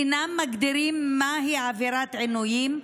אינם מגדירים מהי עבירת עינויים,